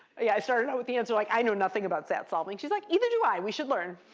yeah i started out with the answer like, i know nothing about sat solving. she's like, neither do i. we should learn.